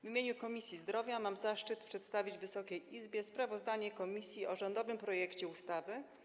W imieniu Komisji Zdrowia mam zaszczyt przedstawić Wysokiej Izbie sprawozdanie komisji o rządowym projekcie ustawy o zmianie